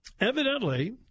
Evidently